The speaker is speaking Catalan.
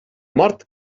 mort